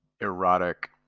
erotic